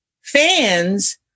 fans